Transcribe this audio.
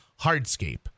hardscape